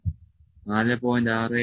671 4